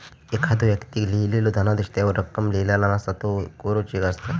एखाद्दो व्यक्तीक लिहिलेलो धनादेश त्यावर रक्कम लिहिलेला नसता, त्यो कोरो चेक असता